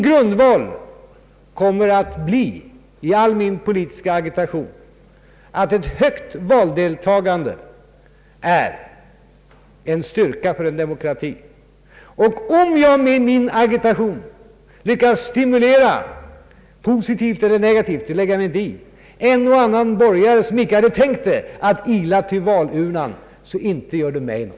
Grunden för all min politiska agitation kommer att vara att ett högt valdeltagande är en styrka för en demokrati. Om jag med min agitation lyckas stimulera — positivt eller negativt — en och annan borgare som inte hade tänkt sig att ila till valurnan, så inte gör det mig något.